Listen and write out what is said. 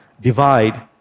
divide